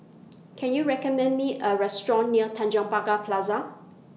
Can YOU recommend Me A Restaurant near Tanjong Pagar Plaza